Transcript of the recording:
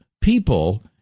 people